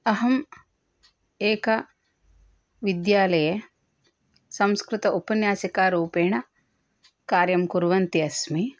अहम् एकः विद्यालये संस्कृत उपन्यासीकारूपेण कार्यं कुर्वन्ती अस्मि